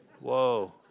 Whoa